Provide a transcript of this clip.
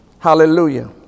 Hallelujah